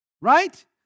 Right